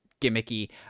gimmicky